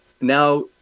now